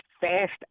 fast